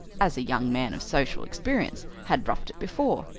as a young man of social experience, had roughed it before.